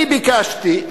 אני ביקשתי,